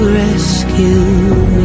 rescue